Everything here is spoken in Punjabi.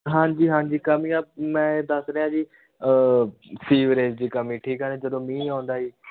ਹਾਂਜੀ ਹਾਂਜੀ ਕਮੀਆਂ ਮੈਂ ਦੱਸ ਰਿਹਾ ਜੀ ਸੀਵਰੇਜ ਦੀ ਕਮੀ ਠੀਕ ਹੈ ਜਦੋਂ ਮੀਂਹ ਆਉਂਦਾ ਸੀ